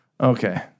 Okay